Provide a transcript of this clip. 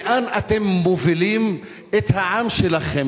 לאן אתם מובילים את העם שלכם,